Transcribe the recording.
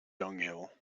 dunghill